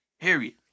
Harriet